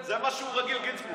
זה מה שהוא רגיל, גינזבורג.